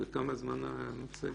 כמה זמן המצגת?